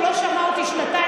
הוא לא שמע אותי שנתיים,